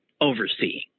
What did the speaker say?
overseeing